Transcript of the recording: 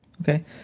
Okay